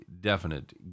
definite